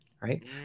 right